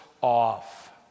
off